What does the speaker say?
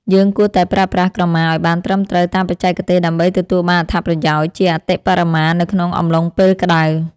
យើងគួរតែប្រើប្រាស់ក្រមាឱ្យបានត្រឹមត្រូវតាមបច្ចេកទេសដើម្បីទទួលបានអត្ថប្រយោជន៍ជាអតិបរមានៅក្នុងអំឡុងពេលក្តៅ។